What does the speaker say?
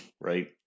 right